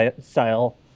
style